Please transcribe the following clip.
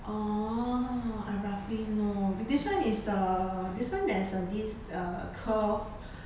oh I roughly know this one is the this one there's a this uh curve